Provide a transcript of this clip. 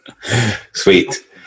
Sweet